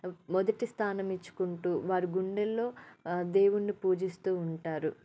మొదటి స్థానం ఇచ్చుకుంటూ వారు గుండెల్లో దేవుడిని పూజిస్తూ ఉంటారు